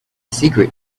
secret